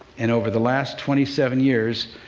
and over the last twenty seven years,